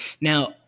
Now